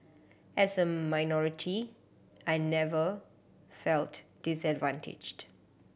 as a minority I never felt disadvantaged